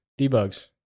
Debugs